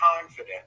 confident